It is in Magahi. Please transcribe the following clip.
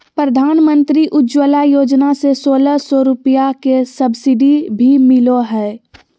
प्रधानमंत्री उज्ज्वला योजना से सोलह सौ रुपया के सब्सिडी भी मिलो हय